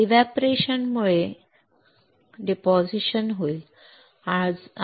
evaporation मुळे निक्षेप होईल बरोबर